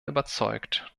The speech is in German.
überzeugt